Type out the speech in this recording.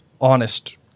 honest